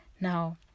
now